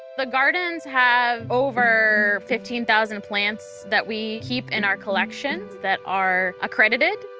the gardens have over fifteen thousand plants that we keep in our collections that are accredited.